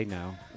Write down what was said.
now